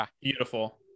beautiful